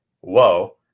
Whoa